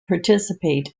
participate